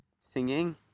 singing